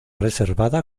reservada